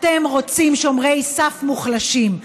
אתם רוצים שומרי סף מוחלשים,